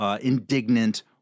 indignant